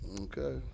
okay